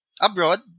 abroad